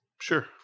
Sure